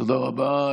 תודה רבה.